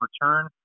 return